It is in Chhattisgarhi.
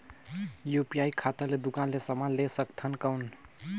यू.पी.आई खाता ले दुकान ले समान ले सकथन कौन?